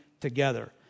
together